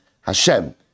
Hashem